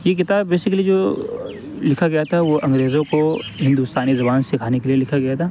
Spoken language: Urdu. یہ کتاب بیسیکلی جو لکھا گیا تھا وہ انگریزوں کو ہندوستانی زبان سکھانے کے لیے لکھا گیا تھا